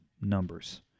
numbers